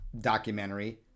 documentary